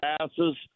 passes